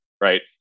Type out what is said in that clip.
right